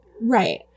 Right